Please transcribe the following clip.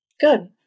good